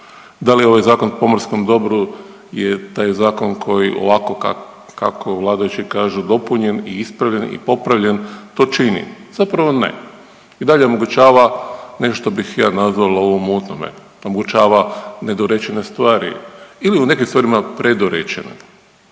Da li je ovaj Zakon o pomorskom dobru je taj zakon koji ovako kako vladajući kažu, dopunjen i ispravljen i popravljen, to čini? Zapravo ne. I dalje omogućava, nešto bih ja nazvao lov u mutnome, omogućava nedorečene stvari ili u nekim stvarima predorečena.